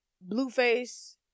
Blueface